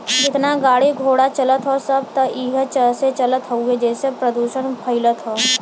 जेतना गाड़ी घोड़ा चलत हौ सब त एही से चलत हउवे जेसे प्रदुषण फइलत हौ